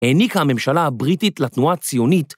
העניקה הממשלה הבריטית לתנועה הציונית.